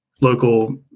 local